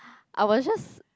I was just